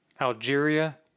Algeria